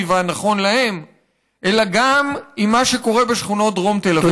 והנכון להם אלא גם עם מה שקורה בשכונות דרום תל אביב.